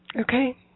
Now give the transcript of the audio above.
okay